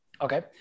Okay